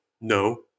No